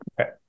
Okay